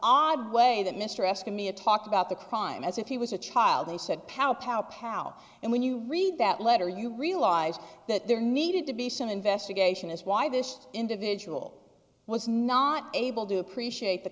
odd way that mr asking me to talk about the crime as if he was a child they said power taupe how and when you read that letter you realize that there needed to be some investigation as why this individual was not able to appreciate the